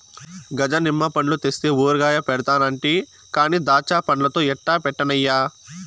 గజ నిమ్మ పండ్లు తెస్తే ఊరగాయ పెడతానంటి కానీ దాచ్చాపండ్లతో ఎట్టా పెట్టన్నయ్యా